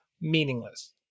meaningless